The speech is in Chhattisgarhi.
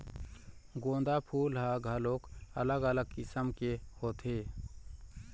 गोंदा फूल ह घलोक अलग अलग किसम के होथे